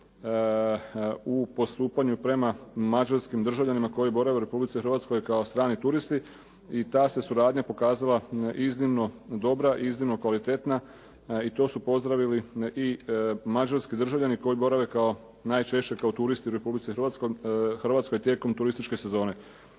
u postupanju prema mađarskim državljanima koji borave u Republici Hrvatskoj kao strani turisti i ta se suradnja pokazala iznimno dobra i iznimno kvalitetna i to su pozdravili i mađarski državljani koji borave kao najčešće kao turisti u Republici Hrvatskoj tijekom turističke sezone.